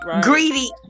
greedy